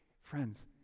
friends